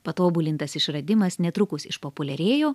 patobulintas išradimas netrukus išpopuliarėjo